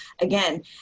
again